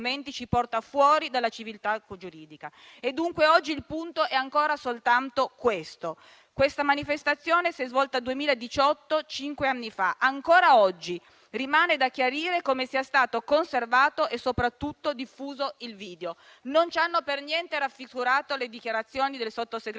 ci porta fuori dalla civiltà giuridica e, dunque, oggi il punto è ancora soltanto il seguente: la manifestazione si è svolta nel 2018, cinque anni fa. Ancora oggi rimane da chiarire come sia stato conservato e soprattutto diffuso il video. Non ci hanno per niente rassicurato le dichiarazioni del sottosegretario